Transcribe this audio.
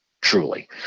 truly